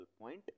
point